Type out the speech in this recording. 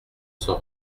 s’en